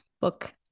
book